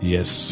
Yes